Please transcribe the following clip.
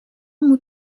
moet